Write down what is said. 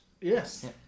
Yes